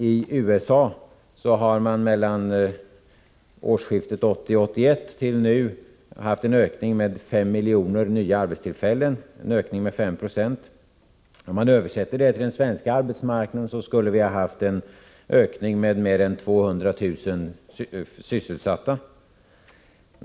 I USA har man alltsedan årsskiftet 1980-1981 och fram till nu haft en ökning med fem miljoner nya arbetstillfällen — en ökning med 5 90. Om man översätter dessa siffror med siffror som gäller för den svenska arbetsmarknaden, kommer man fram till att vi har haft en ökning med mer än 200 000 sysselsatta.